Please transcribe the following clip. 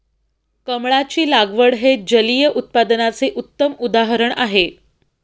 कमळाची लागवड हे जलिय उत्पादनाचे उत्तम उदाहरण आहे